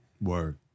Word